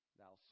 thou